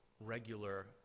regular